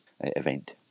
event